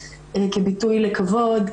כביטוי לכבוד,